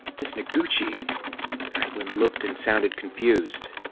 ms. noguchi ackland looked and sounded confused.